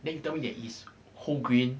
then you tell me that it's whole grain